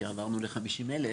כי עברנו ל-50,000,